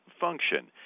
function